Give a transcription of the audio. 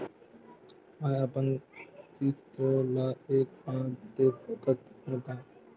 मै अपन किस्त ल एक साथ दे सकत हु का?